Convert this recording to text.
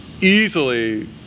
easily